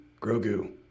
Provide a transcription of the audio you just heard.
Grogu